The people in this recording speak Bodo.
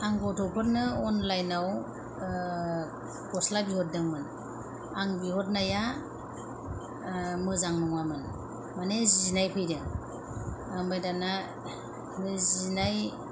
आंं गथ'फोरनो अनलायनआव गस्ला बिहरदोंमोन आं बिहरनाया मोजां नङामोन मानि जिनाय फैदों ओमफ्राय दाना जिनाय